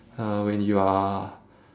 uh when you are